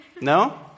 No